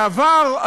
בעבר,